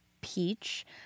peach